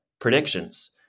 predictions